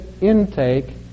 intake